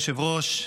אדוני היושב-ראש,